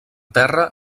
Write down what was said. terra